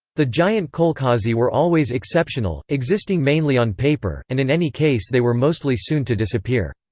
the giant kolkhozy were always exceptional, existing mainly on paper, and in any case they were mostly soon to disappear.